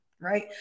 Right